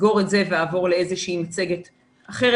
אסגור את זה ואעבור לאיזה שהיא מצגת אחרת,